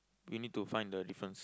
we need to find the difference